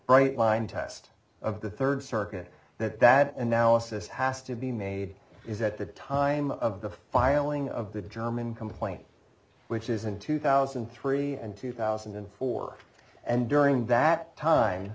bright line test of the third circuit that that analysis has to be made is at the time of the filing of the german complaint which is in two thousand and three and two thousand and four and during that time